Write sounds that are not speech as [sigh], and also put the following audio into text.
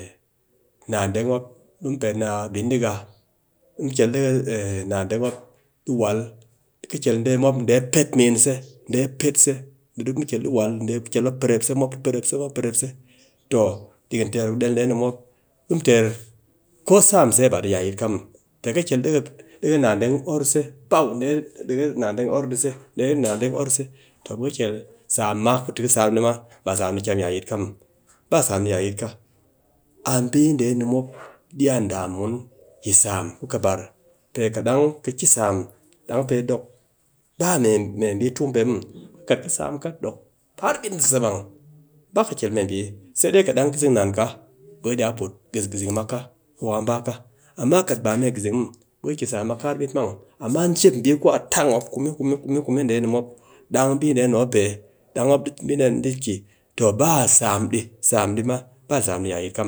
Nadeng mop dɨ mu pet ni a bindiga, di mu kel deke [hesitation] nadeng mop di wal, ɗi ka kel mop, dee pet min se, dee pet min se, ɓe di mu kel dɨ wal, mop prep se, mop prep se, mop prep se, toh ɗikin teer ku dee dee ni mop ɗi mu teer ko sam se ba ɗi ya yit ka muw. P ka kel deke [hesitation] nadeng, or se paw, deke nadeng or dɨ se, toh ɓe ka kel sam ma, ku tɨ ka sam di ma, sam dɨ kyam ya yit muw. Ba sam dɨ ya yit ka, a bii dee ni mop iya ndam mun sam ku kɨbar, pee kat dang ko ka ki sam, ka tong har bit sa ɗi mang, ba ka kel mee mbii sai dai kat gizing nan ka be ka iya put gis gizingmak ka, wa ka ba amma kat dang ba a mee gizing muw, ɓe ka ki ka sam mak ka bit mang. Amma jep mbi ku a tang mop kume kume, kume kume, kume dee ni mop, dang mbi dee ni mop di ki toh ba sam dɨ, ba sam di ya yit ka muw